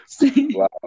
Wow